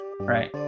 right